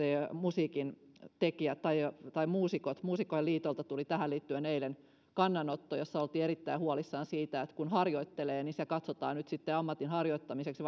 musiikintekijät tai tai muusikot muusikkojen liitolta tuli tähän liittyen eilen kannanotto jossa oltiin erittäin huolissaan siitä että kun harjoittelee niin se katsotaan nyt sitten ammatinharjoittamiseksi